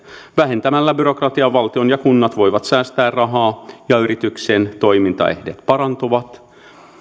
vähentämällä byrokratiaa valtio ja kunnat voivat säästää rahaa ja yrityksien toimintaedellytykset parantuvat